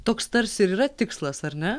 toks tarsi ir yra tikslas ar ne